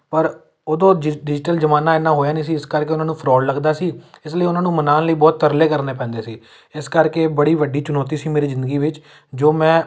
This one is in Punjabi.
ਪਰ ਉਦੋਂ ਜ਼ਿ ਡਿਜੀਟਲ ਜ਼ਮਾਨਾ ਇੰਨਾ ਹੋਇਆ ਨਹੀਂ ਸੀ ਇਸ ਕਰਕੇ ਉਹਨਾਂ ਨੂੰ ਫਰੋਡ ਲੱਗਦਾ ਸੀ ਇਸ ਲਈ ਉਹਨਾਂ ਨੂੰ ਮਨਾਉਣ ਲਈ ਬਹੁਤ ਤਰਲੇ ਕਰਨੇ ਪੈਂਦੇ ਸੀ ਇਸ ਕਰਕੇ ਇਹ ਬੜੀ ਵੱਡੀ ਚੁਣੌਤੀ ਸੀ ਮੇਰੀ ਜ਼ਿੰਦਗੀ ਵਿੱਚ ਜੋ ਮੈਂ